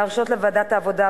להרשות לוועדת העבודה,